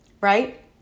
Right